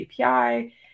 API